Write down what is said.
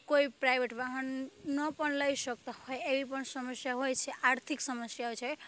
કોઈ પ્રાઇવેટ વાહન ન પણ લઈ શકતા હોય એવી પણ સમસ્યા હોય છે આર્થિક સમસ્યા હોય છે